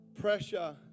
pressure